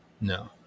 No